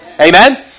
Amen